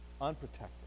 Unprotected